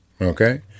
Okay